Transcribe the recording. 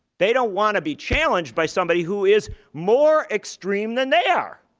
they don't want to be challenged by somebody who is more extreme than they are.